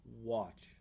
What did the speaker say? watch